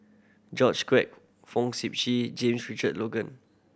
George Quek Fong Sip Chee James Richard Logan